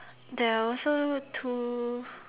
there also two